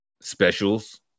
specials